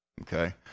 okay